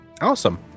awesome